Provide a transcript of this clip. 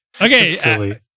okay